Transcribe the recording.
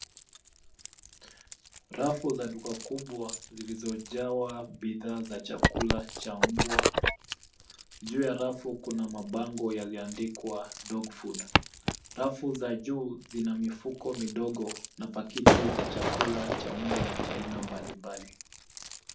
Rafu za duka kubwa, zilizojawa bidhaa za chakula cha mbwa, juu ya rafu kuna mabango yaliyoandikwa dog food . Rafu za juu, zina mifuko midogo na pakiti za chakula cha mbwa cha aina mbalimbali.